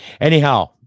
Anyhow